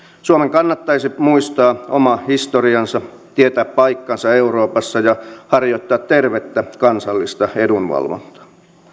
suomen kannattaisi muistaa oma historiansa tietää paikkansa euroopassa ja harjoittaa tervettä kansallista edunvalvontaa